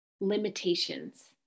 limitations